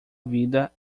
vida